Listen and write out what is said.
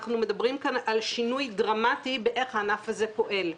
אנחנו מדברים על שינוי דרמטי באיך הענף הזה פועל.